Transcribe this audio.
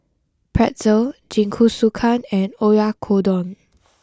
Pretzel Jingisukan and Oyakodon